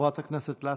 חברת הכנסת לסקי,